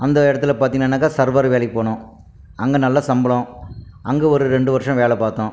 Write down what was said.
அந்த இடத்துல பார்த்தினன்னாக்கா சர்வர் வேலைக்கு போனோம் அங்கே நல்ல சம்பளம் அங்கே ஒரு ரெண்டு வருஷம் வேலை பார்த்தோம்